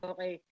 Okay